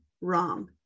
wrong